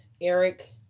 Eric